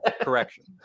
Correction